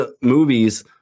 movies